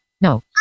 No